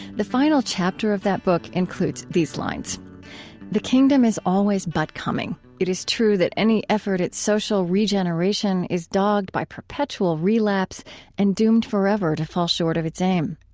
the final chapter of that book includes these lines the kingdom is always but coming. it is true that any effort at social regeneration is dogged by perpetual relapse and doomed forever to fall short of its aim.